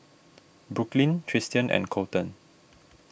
Brooklyn Tristian and Colton